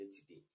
today